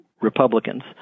Republicans